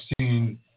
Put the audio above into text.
seen